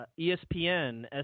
ESPN